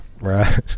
Right